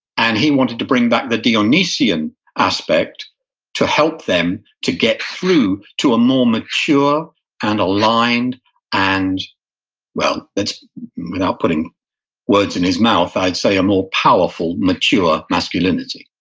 and he wanted to bring back the dionysian aspect to help them to get through to a more mature and aligned and well, without putting words in his mouth, i'd say a more powerful, mature masculinity.